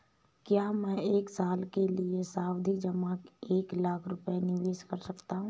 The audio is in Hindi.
क्या मैं एक साल के लिए सावधि जमा में एक लाख रुपये निवेश कर सकता हूँ?